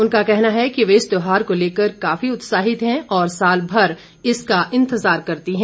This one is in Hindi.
उनका कहना है कि वे इस त्यौहार को लेकर काफी उत्साहित हैं और सालभर इसका इंतज़ार करती हैं